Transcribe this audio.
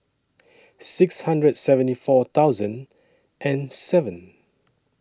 six hundred seventy four thousand and seven